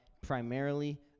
primarily